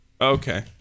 Okay